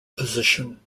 position